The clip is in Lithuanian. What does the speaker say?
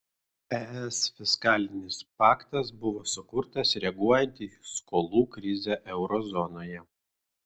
es fiskalinis paktas buvo sukurtas reaguojant į skolų krizę euro zonoje